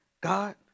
God